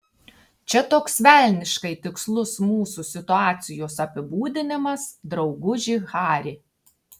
čia toks velniškai tikslus mūsų situacijos apibūdinimas drauguži hari